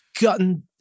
gotten